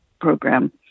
program